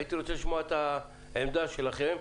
הייתי רוצה לשמוע את העמדה שלכם.